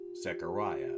Zechariah